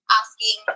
asking